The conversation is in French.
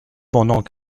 pendant